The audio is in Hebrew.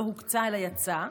לא הוקצה אלא יצא.